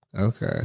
Okay